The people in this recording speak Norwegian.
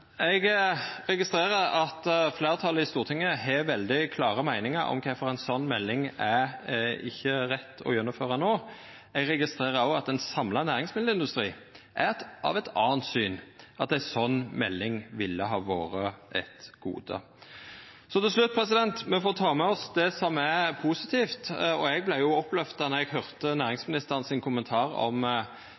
Eg registrerer at fleirtalet i Stortinget har veldig klare meiningar om kvifor ei slik melding ikkje er rett å koma med no. Eg registrerer òg at ein samla næringsmiddelindustri har eit anna syn, at ei slik melding ville ha vore eit gode. Til slutt: Me får ta med oss det som er positivt, og eg fann det oppløftande då eg høyrde kommentaren frå næringsministeren om